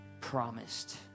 promised